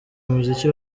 umuziki